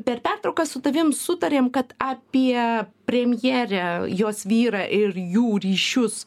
per pertrauką su tavim sutarėm kad apie premjerę jos vyrą ir jų ryšius